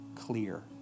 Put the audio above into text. clear